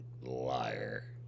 Liar